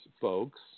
folks